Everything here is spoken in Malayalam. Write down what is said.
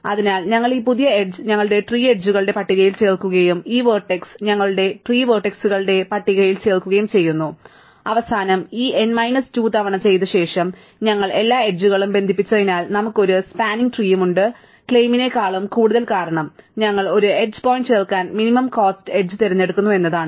അതിനാൽ ഞങ്ങൾ ഈ പുതിയ എഡ്ജ് ഞങ്ങളുടെ ട്രീ എഡ്ജുകളുടെ പട്ടികയിൽ ചേർക്കുകയും ഈ വെർട്ടെക്സ് ഞങ്ങളുടെ ട്രീ വെർട്ടെക്സുകളുടെ പട്ടികയിൽ ചേർക്കുകയും ചെയ്യുന്നു അവസാനം ഈ n മൈനസ് 2 തവണ ചെയ്ത ശേഷം ഞങ്ങൾ എല്ലാ എഡ്ജുകളും ബന്ധിപ്പിച്ചതിനാൽ നമുക്ക് ഒരു സ്പാനിംഗ് ട്രീയും ഉണ്ട് ക്ലെയിമിനെക്കാളും കൂടുതൽ കാരണം ഞങ്ങൾ ഒരു എഡ്ജ് പോയിന്റ് ചേർക്കാൻ മിനിമം കോസ്റ്റ് എഡ്ജ് തിരഞ്ഞെടുക്കുന്നു എന്നതാണ്